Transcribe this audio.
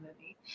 movie